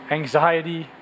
anxiety